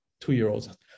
two-year-olds